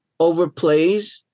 overplays